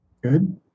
good